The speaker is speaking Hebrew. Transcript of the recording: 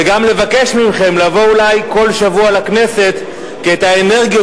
וגם לבקש מכם לבוא אולי כל שבוע לכנסת כי את האנרגיות